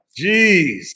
Jeez